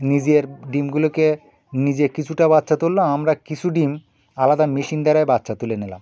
নিজের ডিমগুলোকে নিজে কিছুটা বাচ্চা তুললো আমরা কিছু ডিম আলাদা মেশিন দ্বারায় বাচ্চা তুলে নিলাম